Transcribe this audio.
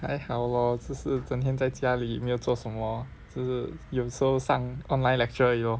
还好 lor 只是整天在家里没有做什么就是有时候上而已 lor